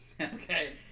okay